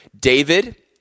David